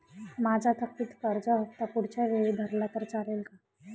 माझा थकीत कर्ज हफ्ता पुढच्या वेळी भरला तर चालेल का?